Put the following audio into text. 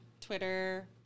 Twitter